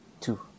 two